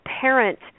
parent